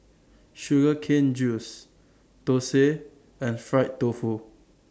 Sugar Cane Juice Thosai and Fried Tofu